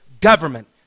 government